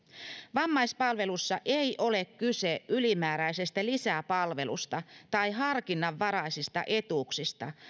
vammaispalvelussa ei ole kyse ylimääräisestä lisäpalvelusta tai harkinnanvaraisista etuuksista